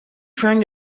trying